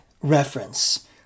reference